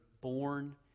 born